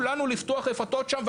לפתוח רפתות שם,